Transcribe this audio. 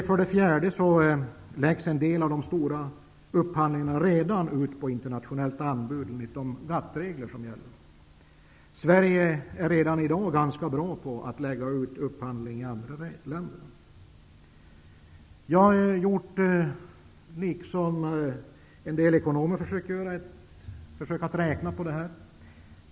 För det fjärde läggs en del av de stora upphandlingarna redan nu enligt de GATT-regler som gäller ut på internationellt anbud, och där deltar även svenska företag. Sverige är redan ganska bra på att lägga ut upphandlingar i andra länder. Jag har, liksom en del ekonomer, försökt räkna på detta.